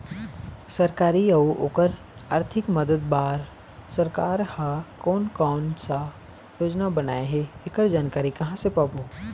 सरकारी अउ ओकर आरथिक मदद बार सरकार हा कोन कौन सा योजना बनाए हे ऐकर जानकारी कहां से पाबो?